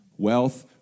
Wealth